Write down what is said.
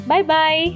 Bye-bye